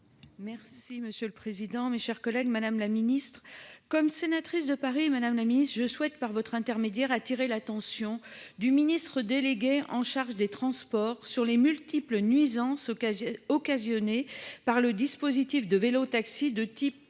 Merci monsieur le président, mes chers collègues. Madame la Ministre comme sénatrice de Paris Madame la Ministre je souhaite par votre intermédiaire attirer l'attention du ministre délégué en charge des transports sur les multiples nuisances occasionnées occasionnés par le dispositif de vélos taxis de type